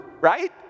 right